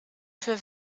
für